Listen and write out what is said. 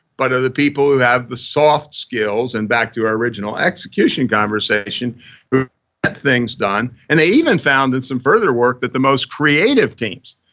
but other people who have the soft skills and back to our original execution conversation, who get things done. and they even found in some further work that the most creative teams,